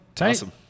Awesome